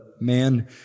man